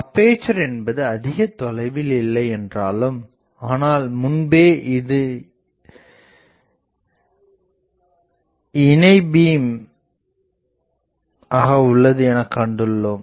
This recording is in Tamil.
அப்பேசர் என்பது அதிக தொலைவில் இல்லை என்றாலும் ஆனால் முன்பே இது இணைபீம் ஆக உள்ளது எனகண்டுள்ளோம்